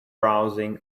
browsing